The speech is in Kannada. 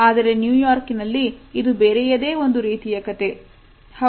ಆದರೆ ನ್ಯೂಯಾರ್ಕ್ನಲ್ಲಿ ಇದು ಬೇರೆಯದೇ ಒಂದು ರೀತಿಯ ಕಥೆ